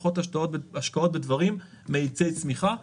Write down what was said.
פחות השקעות בדברים מאיצי צמיחה,